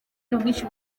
n’ubwinshi